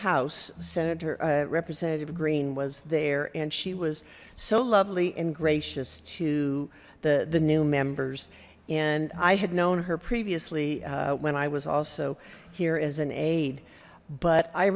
house senator representative green was there and she was so lovely and gracious to the the new members and i had known her previously when i was also here as an aide but i